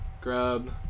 grub